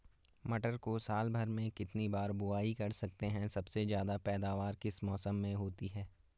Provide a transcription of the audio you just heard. मटर को साल भर में कितनी बार बुआई कर सकते हैं सबसे ज़्यादा पैदावार किस मौसम में होती है?